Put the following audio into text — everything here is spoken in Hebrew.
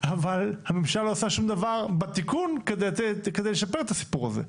אבל הממשלה לא עושה שום דבר בתיקון כדי לשפר את הסיפור הזה.